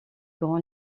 grand